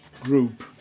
group